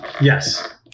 Yes